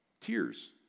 Tears